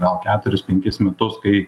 gal keturis penkis metus kai